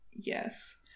yes